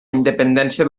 independència